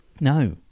No